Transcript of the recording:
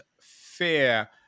Fear